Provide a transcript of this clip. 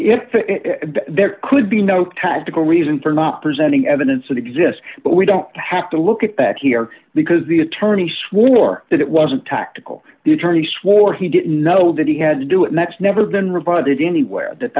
if there could be no tactical reason for not presenting evidence that exists but we don't have to look at that here because the attorney swore that it wasn't tactical the attorney swore he didn't know that he had to do it that's never been rebutted anywhere that